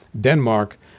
Denmark